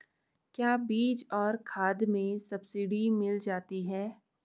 क्या बीज और खाद में सब्सिडी मिल जाती है?